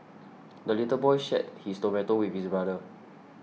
the little boy shared his tomato with his brother